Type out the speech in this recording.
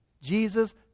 Jesus